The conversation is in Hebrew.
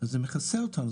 זה מכסה אותה.